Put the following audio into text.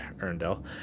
Erndel